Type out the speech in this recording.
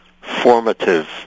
formative